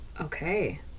okay